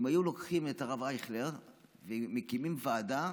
אם היו לוקחים את הרב אייכלר ומקימים ועדה